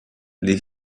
les